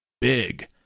big